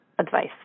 advice